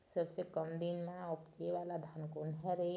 सबसे कम दिन म उपजे वाला धान कोन हर ये?